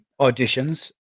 auditions